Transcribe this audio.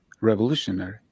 revolutionary